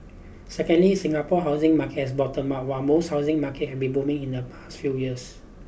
secondly Singapore housing market has bottomed out while most housing market have booming in the past few years